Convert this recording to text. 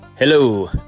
Hello